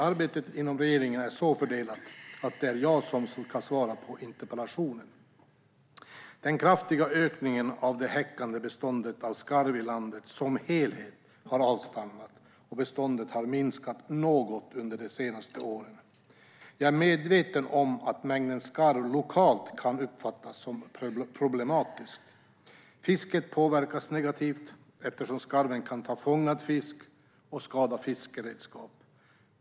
Arbetet inom regeringen är så fördelat att det är jag som ska svara på interpellationen. Den kraftiga ökningen av det häckande beståndet av skarv i landet som helhet har avstannat, och beståndet har minskat något under de senaste åren. Jag är medveten om att mängden skarv lokalt kan uppfattas som problematisk. Fisket påverkas negativt eftersom skarv kan ta fångad fisk och skada fiskeredskap.